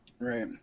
Right